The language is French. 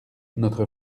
notre